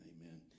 amen